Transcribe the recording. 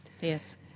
Yes